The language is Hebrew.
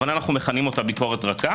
בכוונה אנו מכנים אותה ביקורת רכה